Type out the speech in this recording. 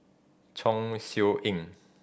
Chong Siew Ying